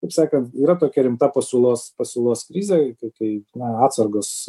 kaip sakant yra tokia rimta pasiūlos pasiūlos krizė taip na atsargos